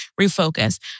refocus